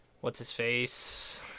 What's-his-face